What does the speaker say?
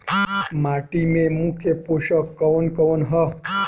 माटी में मुख्य पोषक कवन कवन ह?